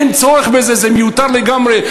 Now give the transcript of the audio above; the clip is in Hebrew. אין צורך בזה, זה מיותר לגמרי.